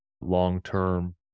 long-term